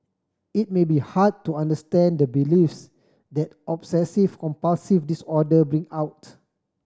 it may be hard to understand the beliefs that obsessive compulsive disorder bring out